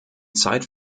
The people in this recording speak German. zeit